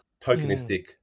tokenistic